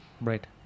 Right